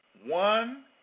One